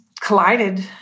collided